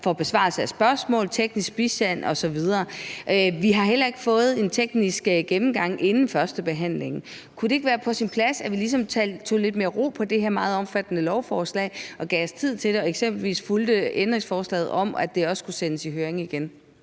for besvarelse af spørgsmål, teknisk bistand osv. Vi har heller ikke fået en teknisk gennemgang inden førstebehandlingen. Kunne det ikke være på sin plads, at vi ligesom fik lidt mere ro omkring det her meget omfattende lovforslag og gav os tid til det og eksempelvis fulgte ændringsforslaget om, at det også skulle sendes i høring igen?